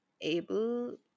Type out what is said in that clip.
able